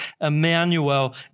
Emmanuel